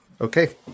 Okay